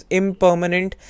impermanent